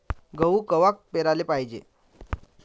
गहू कवा पेराले पायजे?